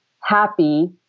happy